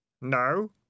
No